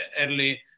early